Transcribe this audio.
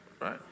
right